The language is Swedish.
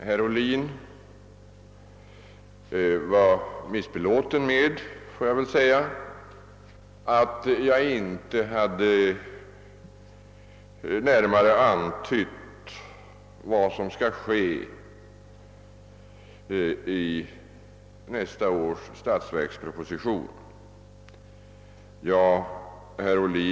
Herr Ohlin kan man väl säga var missbelåten med att jag inte antytt vad nästa års statsverksproposition kommer att innehålla.